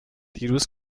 دیروز